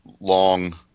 long